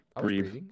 Breathe